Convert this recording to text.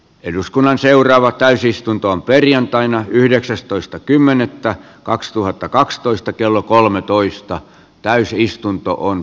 eduskunnan seuraava täysistuntoon perjantaina yhdeksästoista kymmenettä kaksituhattakaksitoista kello kolmetoista täysi avittaa